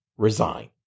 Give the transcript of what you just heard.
resign